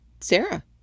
Sarah